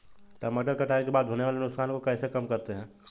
टमाटर कटाई के बाद होने वाले नुकसान को कैसे कम करते हैं?